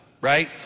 right